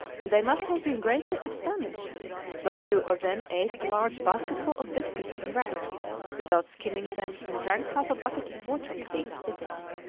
and they must have been greatly astonished when two of them ate a large basketful of biscuits and rats without skinning them and drank half a bucket of water at each sitting.